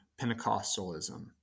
Pentecostalism